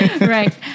Right